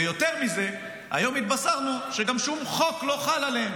ויותר מזה, היום התבשרנו שגם שום חוק לא חל עליהם,